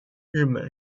日本